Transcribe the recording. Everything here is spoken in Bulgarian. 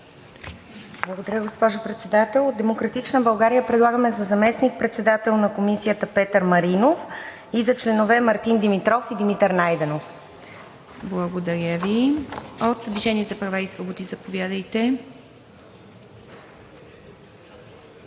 Благодаря, госпожо Председател. От „Демократична България“ предлагаме за заместник-председател на Комисията Петър Маринов и за членове Мартин Димитров и Димитър Найденов. ПРЕДСЕДАТЕЛ ИВА МИТЕВА: Благодаря Ви. От „Движение за права и свободи“ – заповядайте.